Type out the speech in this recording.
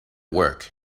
work